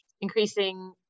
increasing